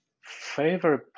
Favorite